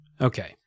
Okay